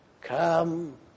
Come